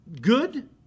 good